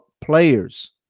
players